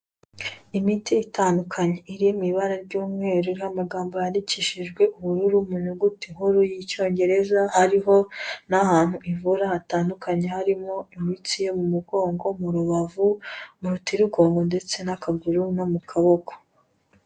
Imiti itandukanye iri mu ibara ry'umweru, iriho amagambo yandikishijwe ubururu mu nyuguti nkuru y'Icyongereza, hariho n'ahantu ivura hatandukanye harimo imitsi yo mu mugongo, mu rubavu, mu rutirigongo ndetse n'akaguru no mu kaboko.